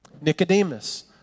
Nicodemus